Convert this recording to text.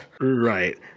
right